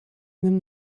them